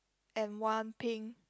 and one pink